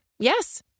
Yes